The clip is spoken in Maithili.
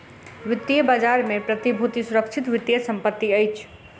वित्तीय बजार में प्रतिभूति सुरक्षित वित्तीय संपत्ति अछि